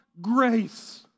grace